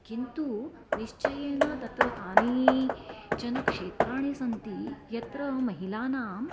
किन्तु निश्चयेन तत्र कानिचन क्षेत्राणि सन्ति यत्र महिलानाम्